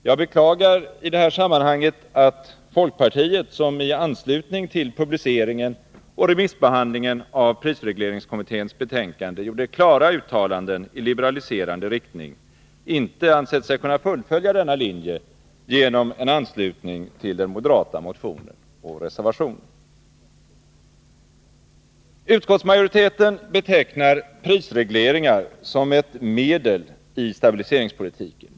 Jag beklagar i det här sammanhanget att folkpartiet, som i anslutning till publiceringen och remissbehandlingen av prisregleringskommitténs betänkande gjorde klara uttalanden i liberaliserande riktning, inte ansett sig kunna fullfölja denna linje genom en anslutning till den moderata motionen och reservationen. Utskottsmajoriteten betecknar prisregleringar som ett medel i stabiliseringspolitiken.